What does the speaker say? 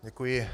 Děkuji.